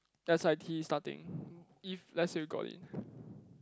s_i_t starting if let's say you got in